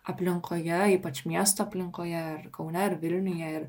aplinkoje ypač miesto aplinkoje kaune ar vilniuje ir